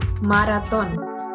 marathon